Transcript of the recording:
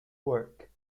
work